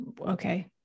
okay